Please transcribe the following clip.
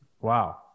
Wow